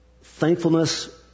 Thankfulness